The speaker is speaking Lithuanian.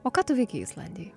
o ką tu veikei islandijoj